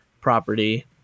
property